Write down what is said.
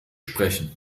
sprechen